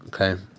Okay